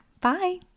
Bye